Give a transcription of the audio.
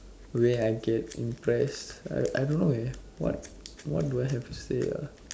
way I get impressed I I don't know eh what what do I have to say ah